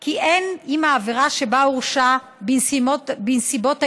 כי אין עם העבירה שבה הורשע, בנסיבות העניין,